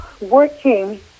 working